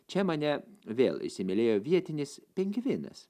čia mane vėl įsimylėjo vietinis pingvinas